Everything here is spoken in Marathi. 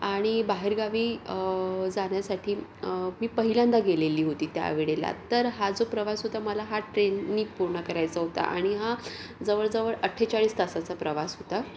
आणि बाहेरगावी जाण्यासाठी मी पहिल्यांदा गेलेली होती त्यावेळेला तर हा जो प्रवास होता मला ट्रेनने पूर्ण करायचा होता आणि हा जवळ जवळ आठ्ठेचाळीस तासाचा प्रवास होता